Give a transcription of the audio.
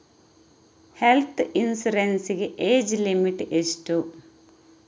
Health insurance ಗೆ age limit ಎಷ್ಟು?